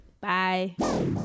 Bye